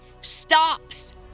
stops